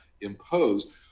imposed